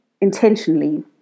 intentionally